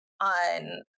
on